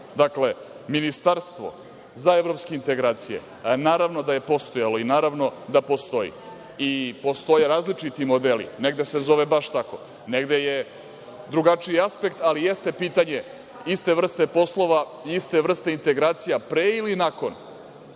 Dakle, ministarstvo za evropske integracije, naravno da je postojalo i naravno da postoji. Postoje različiti modeli, negde se zove baš tako, negde je drugačiji aspekt, ali jeste pitanje iste vrste poslova, iste vrste integracija, pre ili nakon